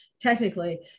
Technically